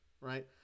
right